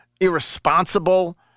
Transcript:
irresponsible